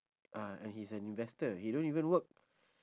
ah and he's an investor he don't even work